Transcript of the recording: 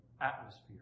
atmosphere